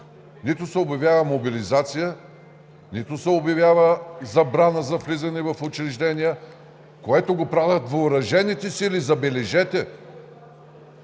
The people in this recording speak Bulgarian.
Нито се обявява мобилизация, нито се обявява забрана за влизане в учреждения, което го правят въоръжените сили, забележете.